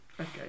Okay